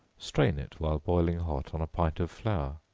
strain it while boiling hot on a pint of flour,